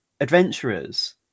adventurers